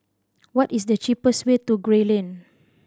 what is the cheapest way to Gray Lane